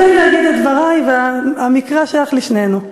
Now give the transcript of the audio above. תן לי להגיד את דברי, והמקרא שייך לשנינו.